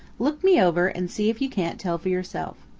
look me over and see if you can't tell for yourself.